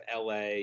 LA